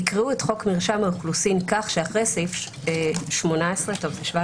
יקראו את חוק מרשם האוכלוסין כך שאחרי סעיף 17 יבוא: